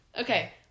Okay